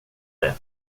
det